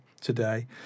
today